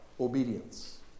obedience